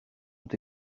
ont